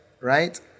right